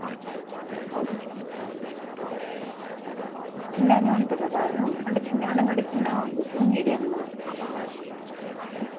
okay చిన్నగానే ఉంటుందా bag అంటే చిన్నగా అంటే మరీ చిన్నగా ఉండవద్దు మీడియం